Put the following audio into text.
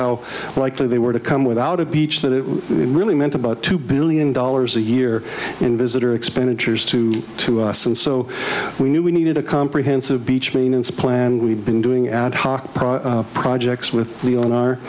how likely they were to come without a beach that it really meant about two billion dollars a year in visitor expenditures two to us and so we knew we needed a comprehensive beach mean it's a plan we've been doing ad hoc projects with the on our